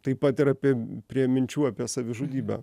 taip pat ir apie prie minčių apie savižudybę